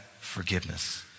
forgiveness